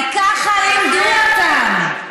כי ככה לימדו אותם.